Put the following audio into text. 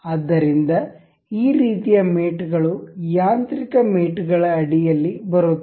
ಆದ್ದರಿಂದ ಈ ರೀತಿಯ ಮೇಟ್ಗಳು ಯಾಂತ್ರಿಕ ಮೇಟ್ಗಳ ಅಡಿಯಲ್ಲಿ ಬರುತ್ತವೆ